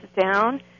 down